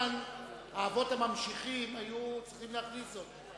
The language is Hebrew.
האבות הממשיכים היו צריכים להכניס זאת.